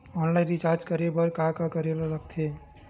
Online recharge करे बर का का करे ल लगथे?